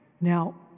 Now